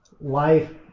Life